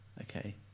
Okay